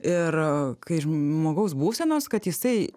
ir kai žmogaus būsenos kad jisai